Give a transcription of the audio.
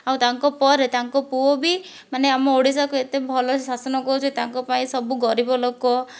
ଆଉ ତାଙ୍କ ପରେ ତାଙ୍କ ପୁଅ ବି ମାନେ ଆମ ଓଡ଼ିଶାକୁ ଏତେ ଭଲସେ ଶାସନ କରୁଛି ଯେ ତାଙ୍କ ପାଇଁ ସବୁ ଗରିବ ଲୋକ